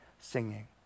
singing